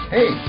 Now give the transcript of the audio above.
Hey